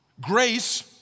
Grace